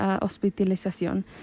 hospitalización